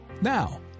Now